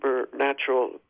supernatural